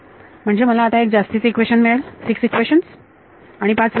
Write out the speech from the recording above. म्हणजे मला आता एक जास्तीचे इक्वेशन मिळेल सिक्स इक्वेशन्स आणि पाच व्हेरिएबल